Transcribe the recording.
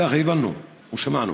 ככה הבנו או שמענו.